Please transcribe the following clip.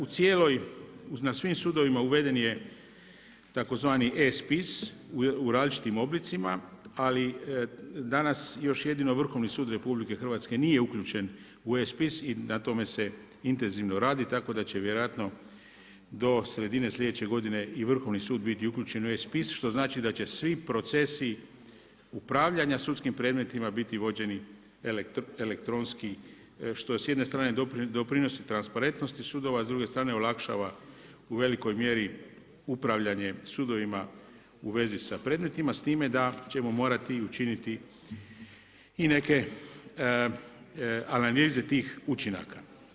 U cijeloj, na svim sudovima uveden je tzv. e-spis u različitim oblicima, ali danas još jedino Vrhovni sud RH nije uključen u e-spis i na tome se intenzivno radi, tako da će vjerojatno do sredine sljedeće godine i Vrhovni sud biti uključen u e-spis što znači da će svi procesi upravljanja sudskim predmetima biti vođeni elektronski što s jedne strane doprinosi transparentnosti sudova, s druge strane olakšava u velikoj mjeri upravljanje sudovima u vezi s predmetima s time da ćemo morati učiniti i neke analize tih učinaka.